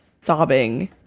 sobbing